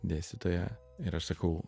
dėstytoja ir aš sakau